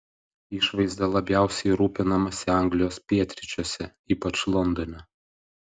išvaizda labiausiai rūpinamasi anglijos pietryčiuose ypač londone